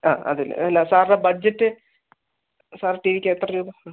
ആ അത് ഇല്ല ഇല്ല സാറിൻ്റ ബഡ്ജറ്റ് സാർ ടിവിക്ക് എത്ര രൂപ സാർ